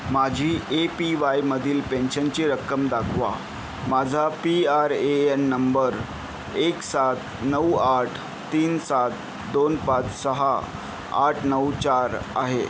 माझी E P वायमधील पेन्शनची रक्कम दाखवा माझा P R A N number एक सात नऊ आठ तीन सात दोन पाच सहा आठ नऊ चार आहे